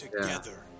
together